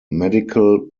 medical